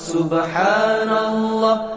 Subhanallah